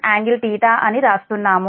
1∟θ అని వ్రాస్తున్నాము